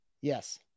Yes